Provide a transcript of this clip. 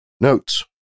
Notes